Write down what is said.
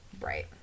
Right